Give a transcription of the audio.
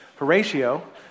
Horatio